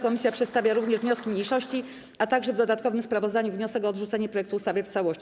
Komisja przedstawia również wnioski mniejszości, a także w dodatkowym sprawozdaniu wniosek o odrzucenie projektu ustawy w całości.